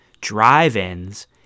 drive-ins